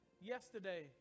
yesterday